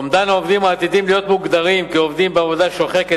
אומדן העובדים העתידים להיות מוגדרים כעובדים בעבודה שוחקת